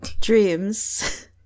Dreams